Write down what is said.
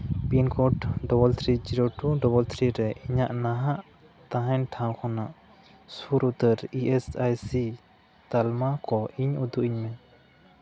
pin code double three zero two double three ᱨᱮ ᱤᱧᱟᱹᱜ ᱱᱟᱦᱟᱜ ᱛᱟᱦᱮᱱ ᱴᱷᱟᱣ ᱠᱷᱚᱱᱟᱜ ᱥᱩᱨ ᱩᱛᱟᱹᱨ ᱤ ᱮᱥ ᱟᱭ ᱥᱤ ᱛᱟᱞᱢᱟ ᱠᱚ ᱤᱧ ᱩᱫᱩᱜ ᱟᱹᱧᱢᱮ